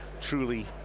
truly